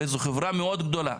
זו חברה מאוד גדולה.